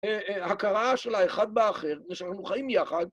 הכרה של האחד באחר, ושאנחנו חיים יחד.